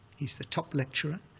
he's the top lecturer,